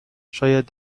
شاید